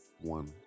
one